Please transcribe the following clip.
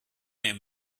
him